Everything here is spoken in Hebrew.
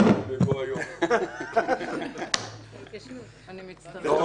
היום זה יום הלשון העברית, י"ט בטבת.